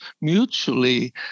mutually